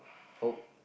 hope